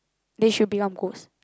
then she will become ghost